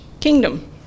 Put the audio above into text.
kingdom